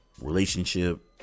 relationship